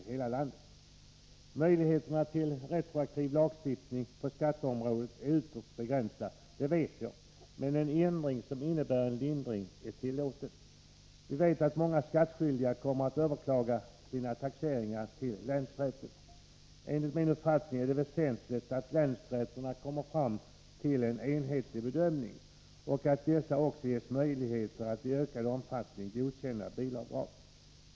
Jag vet att möjligheterna till retroaktiv lagstiftning på skatteområdet är ytterst begränsade, men en ändring som innebär en lindring är tillåten. Vi vet att många skattskyldiga kommer att överklaga sina taxeringar till länsrätten. Enligt min uppfattning är det väsentligt att länsrätterna kommer fram till en enhetlig bedömning och att dessa också ges möjligheter att i ökad omfattning godkänna bilavdrag.